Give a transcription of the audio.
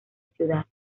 ciudad